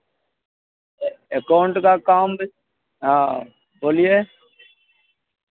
account का काम हाँ बोलिए